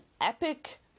epic